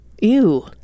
ew